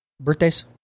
birthdays